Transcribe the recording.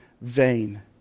vain